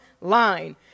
line